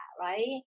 right